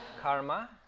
Karma